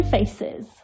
Faces